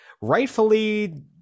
rightfully